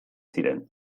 ziren